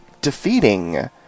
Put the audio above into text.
defeating